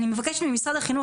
אני מבקשת ממשרד החינוך,